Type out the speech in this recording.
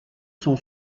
sont